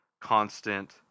constant